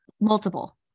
multiple